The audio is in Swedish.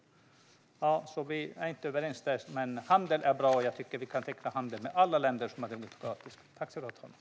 Vi är alltså inte överens där. Men handel är bra, och jag tycker att vi ska kunna teckna handelsavtal med alla demokratiska länder.